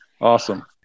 Awesome